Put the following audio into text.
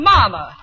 Mama